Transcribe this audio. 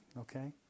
Okay